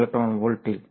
electron வோல்ட்டில்